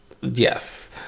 Yes